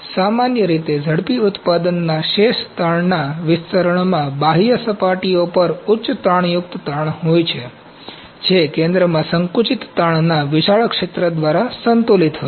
સામાન્ય રીતે ઝડપી ઉત્પાદનના શેષ તાણના વિતરણમાં બાહ્ય સપાટીઓ પર ઉચ્ચ તાણયુક્ત તાણ હોય છે જે કેન્દ્રમાં સંકુચિત તાણના વિશાળ ક્ષેત્ર દ્વારા સંતુલિત હોય છે